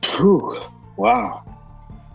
Wow